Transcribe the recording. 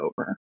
over